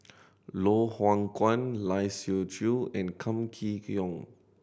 Loh Hoong Kwan Lai Siu Chiu and Kam Kee Yong